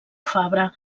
fabra